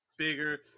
bigger